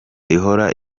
ihora